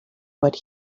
what